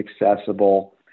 accessible